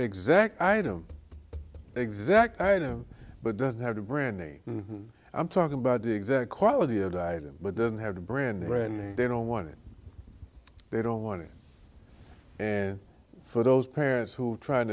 exact item exact item but doesn't have the brand name and i'm talking about the exact quality of the item but doesn't have the branding right and they don't want it they don't want it and for those parents who are trying